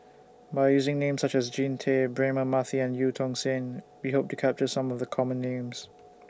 By using Names such as Jean Tay Braema Mathi and EU Tong Sen We Hope to capture Some of The Common Names